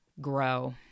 grow